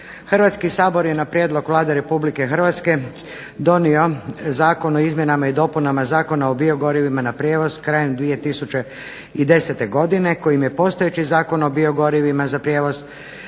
Hrvatski sabor je na prijedlog Vlade Republike Hrvatske donio Zakon o izmjenama i dopunama Zakona o biogorivima na prijevoz 2010. godine kojim je postojeći Zakon o biogorivima za prijevoz